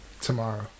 tomorrow